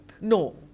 No